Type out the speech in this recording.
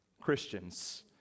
Christians